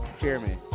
Jeremy